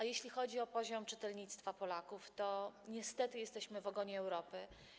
A jeśli chodzi o poziom czytelnictwa Polaków, to niestety jesteśmy w ogonie Europy.